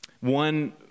One